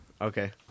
Okay